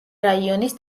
რაიონის